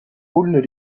aulx